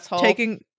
taking